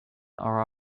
are